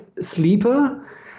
sleeper